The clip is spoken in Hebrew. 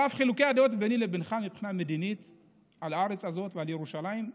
על אף חילוקי הדעות ביני לבינך מבחינה מדינית על הארץ הזאת ועל ירושלים,